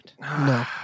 No